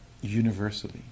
universally